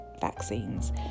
vaccines